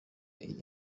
iyi